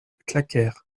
claquèrent